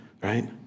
Right